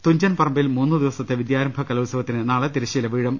തുഞ്ചൻപ റമ്പിൽ മൂന്നു ദിവസത്തെ വിദ്യാരംഭ കലോത്സവത്തിന് നാളെ തിരശ്ശീല വീഴും